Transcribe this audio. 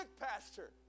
Pastor